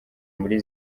muri